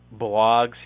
blogs